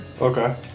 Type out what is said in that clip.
okay